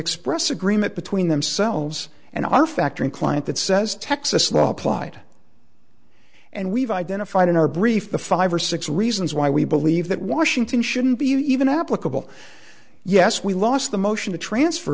express agreement between themselves and our factory client that says texas law applied and we've identified in our brief the five or six reasons why we believe that washington shouldn't be even applicable yes we lost the motion to transfer